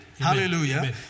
Hallelujah